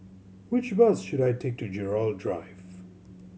which bus should I take to Gerald Drive